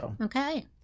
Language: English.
Okay